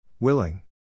Willing